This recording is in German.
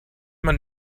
man